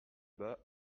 bas